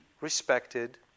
respected